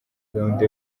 gahunda